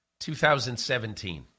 2017